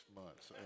months